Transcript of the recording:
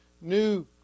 new